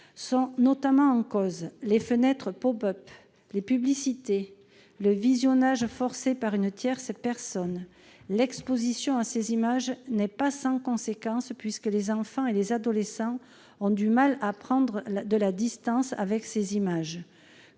Sont notamment en cause les fenêtres pop-up, les publicités ou le visionnage forcé par une tierce personne. L'exposition à ces images n'est pas sans conséquence, les enfants et les adolescents ayant du mal à prendre de la distance avec celles-ci.